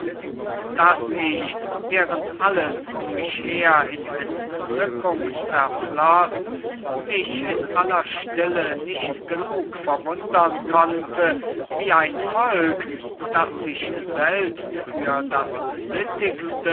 und daß ich während alles um mich her in entzückung zerfloß mich in aller stille nicht genug verwundern konnte wie ein volk das sich selbst für das